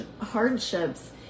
hardships